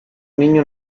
niño